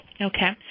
Okay